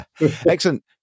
excellent